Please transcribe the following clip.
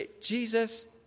Jesus